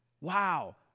Wow